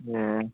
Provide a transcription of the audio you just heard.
ए